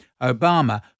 Obama